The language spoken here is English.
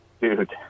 Dude